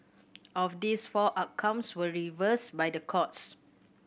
of these four outcomes were reversed by the courts